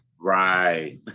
Right